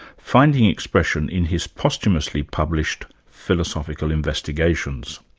finding expression in his posthumously published philosophical investigations.